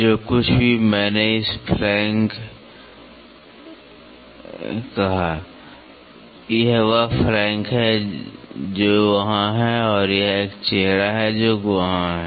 जो कुछ भी मैंने इसे फ्लैंक कहा यह वह फ्लैंक है जो वहां है और यह एक चेहरा है जो वहां है